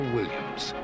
Williams